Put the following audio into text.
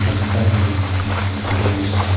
ꯍꯧꯖꯤꯛꯀꯥꯟꯒꯤ ꯒꯦꯝꯁ